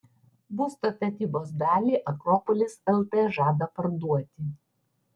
būsto statybos dalį akropolis lt žada parduoti